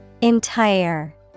Entire